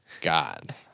God